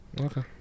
Okay